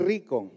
Rico